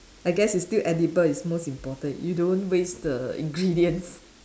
I guess it's still edible is most important you don't waste the ingredients